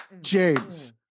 James